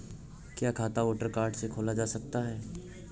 क्या खाता voter card से खोला जा सकता है?